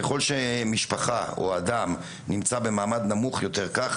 ככל שמשפחה או אדם נמצא במעמד נמוך יותר כך